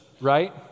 right